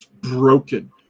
broken